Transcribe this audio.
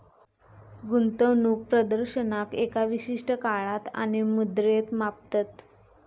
गुंतवणूक प्रदर्शनाक एका विशिष्ट काळात आणि मुद्रेत मापतत